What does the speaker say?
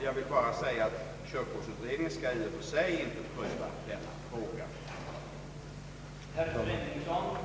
Jag vill dock meddela att körkortsutredningen inte i och för sig skall pröva denna fråga.